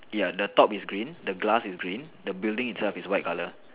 ya the top is green the glass is green the building itself is white colour